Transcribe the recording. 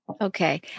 Okay